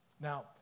Now